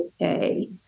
okay